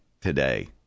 today